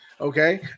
Okay